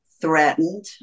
threatened